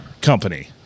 company